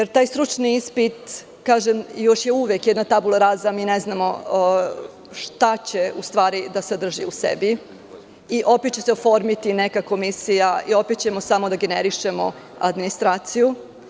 Naime, taj stručni ispit je još uvek jedna „tabula raza“, mi ne znamo šta će u stvari da sadrži u sebi i opet će se oformiti neka komisija i opet ćemo samo da generišemo administraciju.